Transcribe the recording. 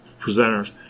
presenters